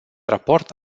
raport